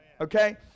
Okay